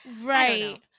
Right